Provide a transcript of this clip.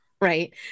right